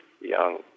young